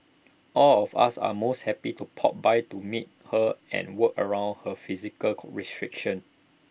all of us are most happy to pop by to meet her and work around her physical restrictions